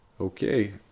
Okay